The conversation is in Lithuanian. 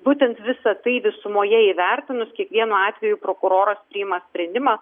būtent visa tai visumoje įvertinus kiekvienu atveju prokuroras priima sprendimą